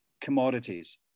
Commodities